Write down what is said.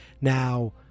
Now